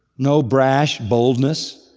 no brash boldness.